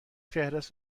فهرست